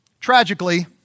Tragically